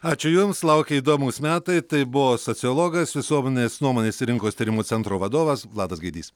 ačiū jums laukia įdomūs metai tai buvo sociologas visuomenės nuomonės ir rinkos tyrimų centro vadovas vladas gaidys